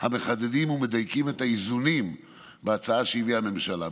המחדדים ומדייקים את האיזונים בהצעה שהביאה הממשלה.